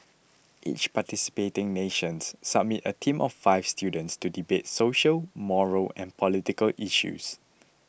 each participating nation submits a team of five students to debate social moral and political issues